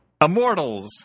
Immortals